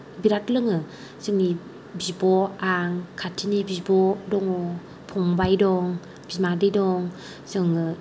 बिराद लोङो जोंनि बिब' आं खाथिनि बिब' दङ फंबाय दं बिमादै दं जोङो